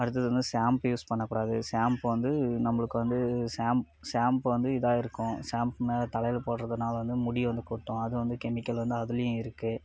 அடுத்தது வந்து shampoo use பண்ணக்கூடாது ஷாம்பு வந்து நம்மளுக்கு வந்து ஷாம்பு வந்து இதாயிருக்கும் ஷாம்பு தலையில் போடுறதினால வந்து முடி வந்து கொட்டும் அதுவும் வந்து கெமிக்கல் வந்து அதுலேயும் இருக்கு